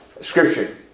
Scripture